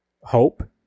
hope